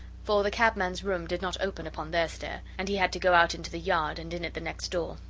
for the cabman's room did not open upon their stair, and he had to go out into the yard, and in at the next door.